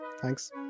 Thanks